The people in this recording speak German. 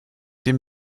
dem